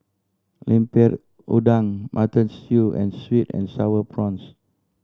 Lemper Udang Mutton Stew and sweet and Sour Prawns